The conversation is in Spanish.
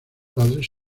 padres